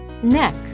neck